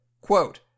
Quote